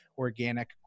organic